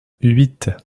huit